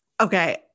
Okay